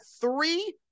three